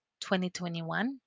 2021